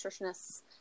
nutritionist's